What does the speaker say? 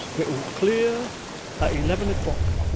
it'll clear at eleven o'clock.